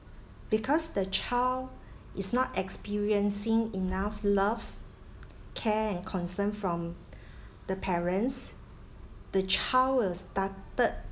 because the child is not experiencing enough love care and concern from the parents the child will started